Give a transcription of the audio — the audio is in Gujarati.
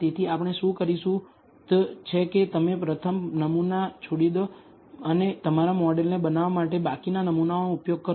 તેથી આપણે શું કરીશું તે છે કે તમે પ્રથમ નમૂના છોડી દો અને તમારા મોડેલને બનાવવા માટે બાકીના નમૂનાઓનો ઉપયોગ કરો